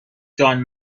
جان